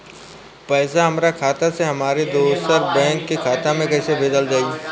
पैसा हमरा खाता से हमारे दोसर बैंक के खाता मे कैसे भेजल जायी?